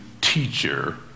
teacher